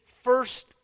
first